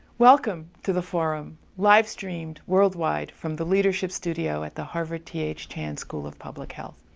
welcome to the forum, live streamed, worldwide from the leadership studio at the harvard th chan school of public health.